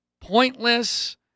pointless